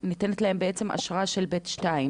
ניתנת להם בעצם אשרת תייר,